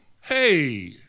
Hey